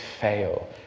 fail